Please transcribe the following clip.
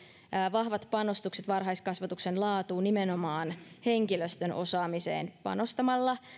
vahvat panostukset varhaiskasvatuksen laatuun nimenomaan henkilöstön osaamiseen panostamalla